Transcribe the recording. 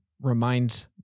remind